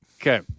Okay